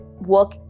work